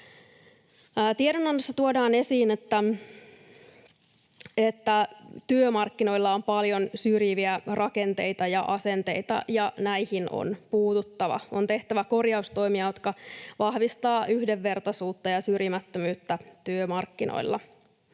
Tiedonannossa tuodaan esiin, että työmarkkinoilla on paljon syrjiviä rakenteita ja asenteita, ja näihin on puututtava. On tehtävä korjaustoimia, jotka vahvistavat yhdenvertaisuutta ja syrjimättömyyttä työmarkkinoilla.